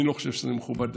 אני לא חושב שזה מכובד.